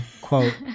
quote